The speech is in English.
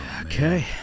Okay